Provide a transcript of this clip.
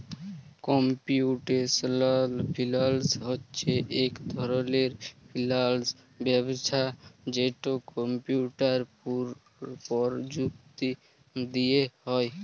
computational finance হছে ইক ধরলের ফিল্যাল্স ব্যবস্থা যেট কম্পিউটার পরযুক্তি দিঁয়ে হ্যয়